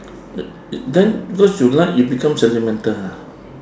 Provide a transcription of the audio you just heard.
the then cause you like you become sentimental ha